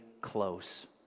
close